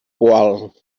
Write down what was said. poal